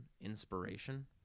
inspiration